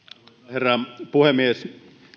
herra puhemies